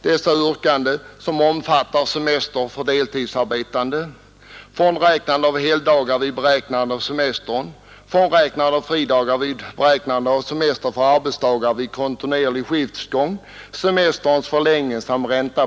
Dessa förhållanden har beaktats och behandlats i utskottsbetänkandet.